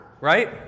Right